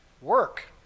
Work